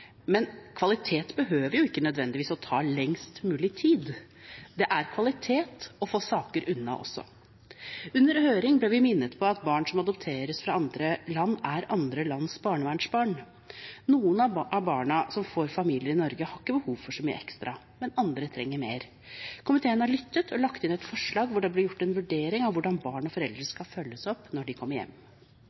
men kvalitet behøver jo ikke nødvendigvis å ta lengst mulig tid. Det er kvalitet å få saker unna også. Under høringen ble vi minnet på at barn som adopteres fra andre land, er andre lands barnevernsbarn. Noen av barna som får familie i Norge, har ikke behov for så mye ekstra, mens andre trenger mer. Komiteen har lyttet og lagt inn et forslag hvor det blir gjort en vurdering av hvordan barn og foreldre skal følges opp når de kommer hjem.